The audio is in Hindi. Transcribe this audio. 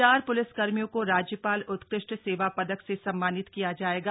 चार ुलिसकर्मियों को राज्य ाल उत्कृष्ट सेवा दक से सम्मानित किया जाएगा